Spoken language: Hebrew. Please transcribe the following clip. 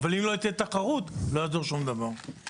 אבל אם לא תהיה תחרות, שום דבר לא יעזור.